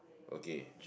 okay